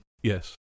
Yes